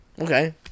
Okay